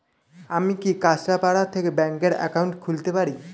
আমি কি কাছরাপাড়া থেকে ব্যাংকের একাউন্ট খুলতে পারি?